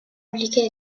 appliqué